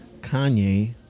Kanye